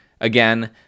again